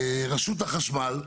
רשות החשמל,